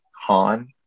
Han